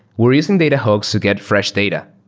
we're using data hooks to get fresh data,